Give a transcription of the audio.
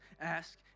ask